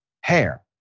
hair